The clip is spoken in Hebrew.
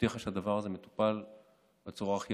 נשק שעלול לשמש להפרת זכויות